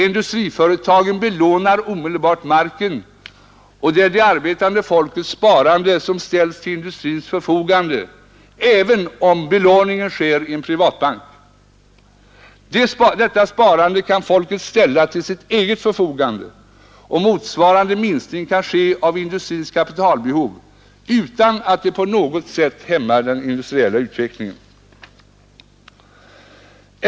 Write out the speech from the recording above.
Industriföretagen belånar omedelbart marken, och det är det arbetande folkets sparande som ställs till industrins förfogande, även om belåningen sker i en privatbank. Detta sparande kan folket ställa till sitt eget förfogande, och motsvarande minskning kan ske av industrins kapitalbehov utan att det på något sätt hämmar den industriella utvecklingen.